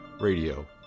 Radio